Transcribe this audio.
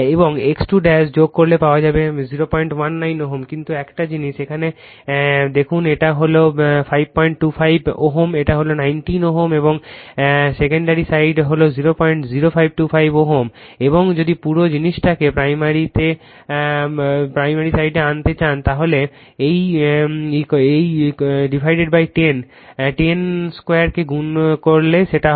এবং X2 যোগ করলে পাওয়া যাবে 019 Ω কিন্তু একটা জিনিস এখানে দেখুন এটা হল 525 Ω এটা হল 19 Ω এবং সেকেন্ডারি সাইড হল 00525 Ω এবং যদি পুরো জিনিসটাকে প্রাইমারীতে what কলকে প্রাইমারি সাইডে আনতে চান তাহলে এই 100 10 2 কে গুন করলে সেটা হবে